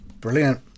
Brilliant